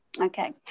Okay